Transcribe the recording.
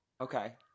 Okay